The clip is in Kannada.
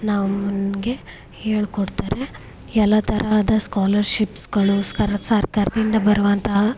ನಮ್ಗೆ ಹೇಳಿಕೊಡ್ತಾರೆ ಎಲ್ಲ ತರಹದ ಸ್ಕಾಲರ್ಶಿಪ್ಸ್ಗಳು ಸ್ಕರ ಸರ್ಕಾರದಿಂದ ಬರುವಂತಹ